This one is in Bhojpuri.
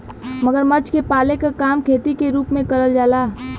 मगरमच्छ के पाले क काम खेती के रूप में करल जाला